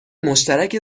مشترک